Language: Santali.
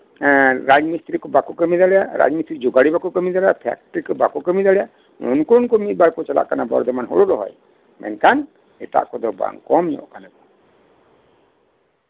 ᱦᱮᱸᱻ ᱨᱟᱡᱽ ᱢᱤᱥᱛᱨᱤ ᱠᱚ ᱵᱟᱠᱚ ᱠᱟᱹᱢᱤ ᱫᱟᱲᱮᱭᱟᱜᱼᱟ ᱨᱟᱡᱽ ᱢᱤᱥᱛᱨᱤ ᱡᱳᱜᱟᱱᱤ ᱦᱚᱸ ᱵᱟᱠᱚ ᱠᱟᱹᱢᱤ ᱫᱟᱲᱮᱭᱟᱜᱼᱟ ᱯᱷᱮᱠᱴᱨᱤ ᱠᱚ ᱵᱟᱠᱚ ᱠᱟᱹᱢᱤ ᱫᱟᱲᱮᱭᱟᱜᱼᱟ ᱩᱱᱠᱩ ᱩᱱᱠᱩ ᱢᱤᱫᱵᱟᱨ ᱠᱚ ᱪᱟᱞᱟᱜ ᱠᱟᱱᱟ ᱵᱚᱨᱫᱷᱚᱢᱟᱱ ᱦᱩᱲᱩ ᱨᱚᱦᱚᱭ ᱢᱮᱱᱠᱷᱟᱱ ᱮᱴᱟᱠ ᱠᱚᱫᱚ ᱵᱟᱝ ᱠᱚᱢ ᱧᱚᱜ ᱟᱠᱟᱱᱟ ᱠᱚ